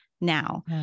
now